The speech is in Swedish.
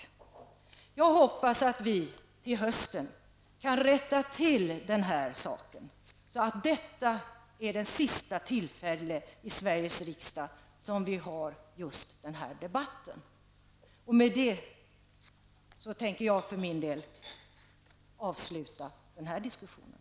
Men jag hoppas att vi till hösten skall kunna rätta till det förhållandet, så att den här debatten blir den sista av detta slag i Sveriges riksdag. Med detta tänker jag för min del avsluta den här diskussionen.